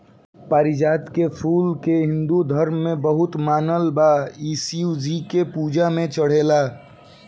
पारिजात के फूल के हिंदू धर्म में बहुते मानल बा इ शिव जी के पूजा में चढ़ेला